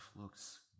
looks